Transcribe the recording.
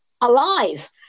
alive